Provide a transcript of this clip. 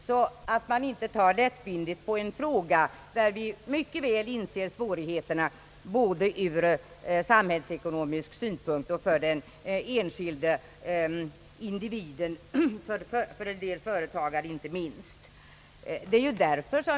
Vi tar inte lättvindigt på frågan utan inser mycket väl svårigheterna ur samhällets synpunkt och för den enskilde individen, för en del företagare inte minst.